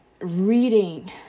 reading